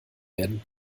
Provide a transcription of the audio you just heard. werden